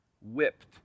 whipped